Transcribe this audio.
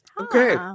Okay